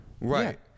Right